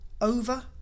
Over